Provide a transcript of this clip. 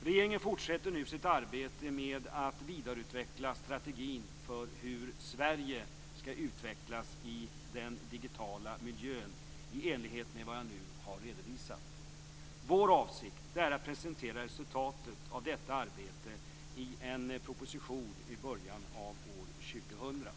Regeringen fortsätter nu sitt arbete med att vidareutveckla strategin för hur Sverige skall utvecklas i den digitala miljön i enlighet med vad jag nu har redovisat. Vår avsikt är att presentera resultatet av detta arbete i en proposition i början av år 2000. Tack!